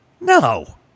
No